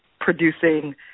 producing